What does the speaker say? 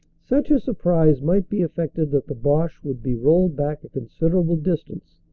such a surprise might be effected that the boche would be rolled back a considerable distance.